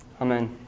Amen